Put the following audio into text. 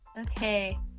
Okay